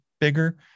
bigger